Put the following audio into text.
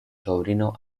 sobrino